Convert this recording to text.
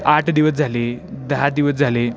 आठ दिवस झाले दहा दिवस झाले